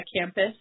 campus